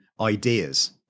ideas